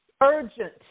urgent